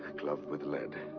gloved with lead.